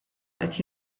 qed